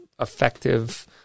effective